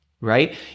right